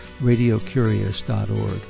radiocurious.org